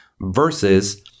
versus